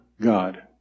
God